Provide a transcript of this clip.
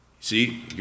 See